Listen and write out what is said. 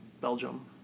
Belgium